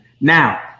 now